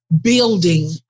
building